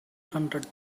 hundred